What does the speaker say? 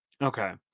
okay